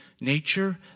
nature